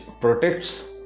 protects